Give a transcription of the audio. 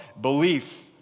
belief